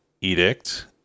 edict